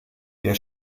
der